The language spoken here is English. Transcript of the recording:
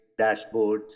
dashboards